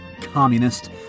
communist